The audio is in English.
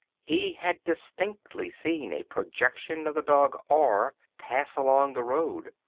he had distinctly seen a projection of the dog r pass along the road.